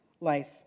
life